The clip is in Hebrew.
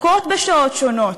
הפסקות בשעות שונות,